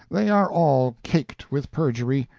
they are all caked with perjury,